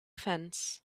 fence